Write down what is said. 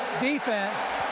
defense